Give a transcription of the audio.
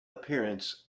appearance